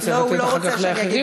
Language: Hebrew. אני אצטרך לתת אחר כך לאחרים.